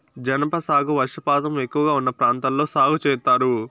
జనప సాగు వర్షపాతం ఎక్కువగా ఉన్న ప్రాంతాల్లో సాగు చేత్తారు